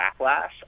backlash